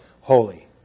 holy